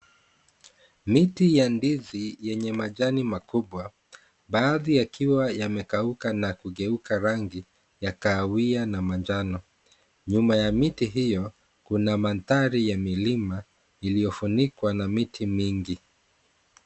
Miti ya ndizi yenye majani makubwa, baadhi yakiwa yamekauka na kugeuka rangi ya kahawia na manjano. Nyuma ya miti hiyo, kuna mandhari ya milima, iliyofunikwa na miti mingi.